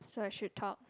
so I should talk